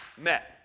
met